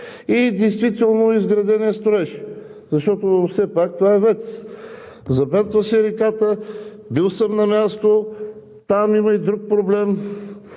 и действително изградения строеж. Защото все пак това е ВЕЦ – забентва се реката, бил съм на място. Там има и друг проблем